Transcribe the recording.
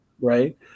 Right